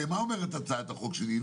הרי מה אמרה הצעת החוק שלי?